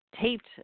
taped